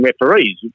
referees